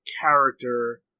character